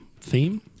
theme